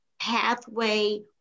pathway